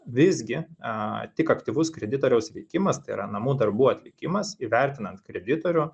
visgi a tik aktyvus kreditoriaus veikimas tai yra namų darbų atlikimas įvertinant kreditorių